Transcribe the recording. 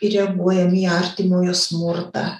ir reaguojam į artimojo smurtą